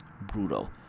brutal